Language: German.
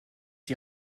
die